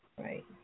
Right